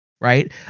Right